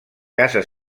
casa